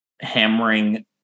hammering